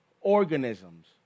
organisms